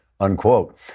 unquote